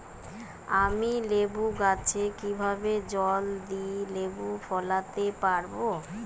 আমি লেবু গাছে কিভাবে জলদি লেবু ফলাতে পরাবো?